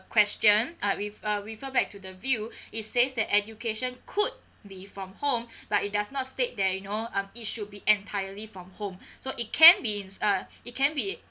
question uh with uh refer back to the view it says that education could be from home but it does not state that you know uh it should be entirely from home so it can be in uh it can be